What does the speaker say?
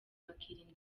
bakirinda